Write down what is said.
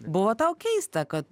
buvo tau keista kad